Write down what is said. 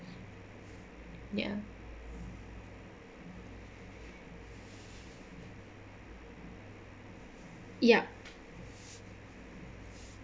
ya yup